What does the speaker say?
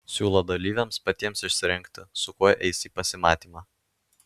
siūlo dalyviams patiems išsirinkti su kuo eis į pasimatymą